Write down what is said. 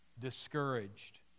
discouraged